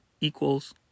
equals